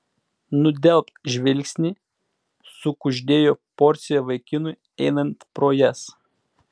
nudelbk žvilgsnį sukuždėjo porcija vaikinui einant pro jas